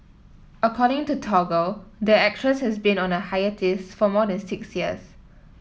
according to Toggle the actress has been on a hiatus for more than six years